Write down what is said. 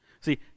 See